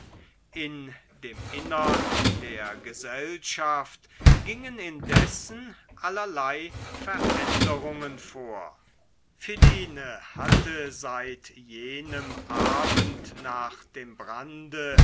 in dem innern der gesellschaft gingen indessen allerlei veränderungen vor philine hatte seit jenem abend nach dem brande